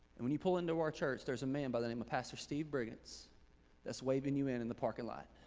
and when you pull into our church, there's a man by the name of pastor steve briggs that's waving you in in the parking lot.